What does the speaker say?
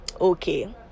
okay